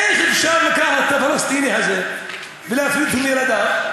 איך אפשר לקחת את הפלסטיני הזה ולהפריד אותו מילדיו?